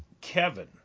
Kevin